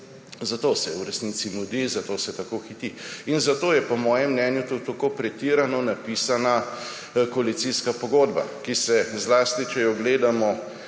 Zato se v resnici mudi, zato se tako hiti. In zato je po mojem mnenju tudi tako pretirano napisana koalicijska pogodba, ki se zlasti, če jo gledamo